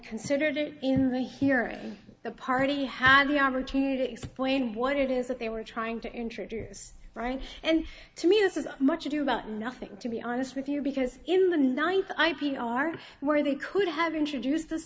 considered it in the hearing the party had the opportunity to explain what it is that they were trying to introduce frank and to me this is much ado about nothing to be honest with you because in the ninth i p r where they could have introduced